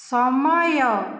ସମୟ